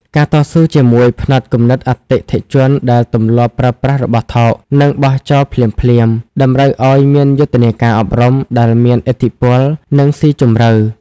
ការតស៊ូជាមួយផ្នត់គំនិតអតិថិជនដែលទម្លាប់ប្រើប្រាស់របស់ថោក និងបោះចោលភ្លាមៗ តម្រូវឱ្យមានយុទ្ធនាការអប់រំដែលមានឥទ្ធិពល និងស៊ីជម្រៅ។